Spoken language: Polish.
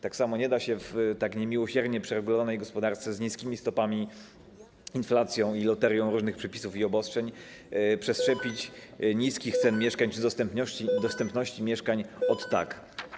Tak samo nie da się w tak niemiłosiernie przeregulowanej gospodarce z niskimi stopami, inflacją i loterią różnych przepisów i obostrzeń przeszczepić niskich cen mieszkań czy dostępności mieszkań ot tak.